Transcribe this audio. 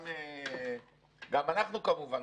גם אנחנו כמובן,